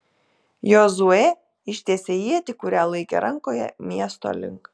jozuė ištiesė ietį kurią laikė rankoje miesto link